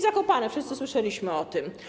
Zakopane, wszyscy słyszeliśmy o tym.